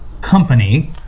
company